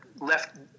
left